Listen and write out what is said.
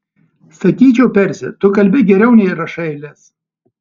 sakyčiau persi tu kalbi geriau nei rašai eiles